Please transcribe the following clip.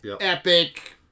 epic